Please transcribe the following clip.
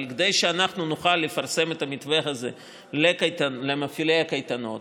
אבל כדי שאנחנו נוכל לפרסם את המתווה הזה למפעילי הקייטנות,